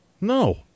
No